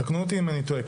תקנו אותי אם אני טועה,